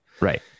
Right